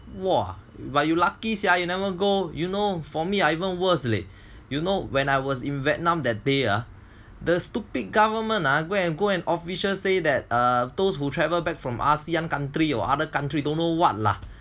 !wah! but you lucky sia you never go you know for me I even worse leh you know when I was in Vietnam that day ah the stupid government ah go and go and official say that err those who travel back from ASEAN country or other country don't know what lah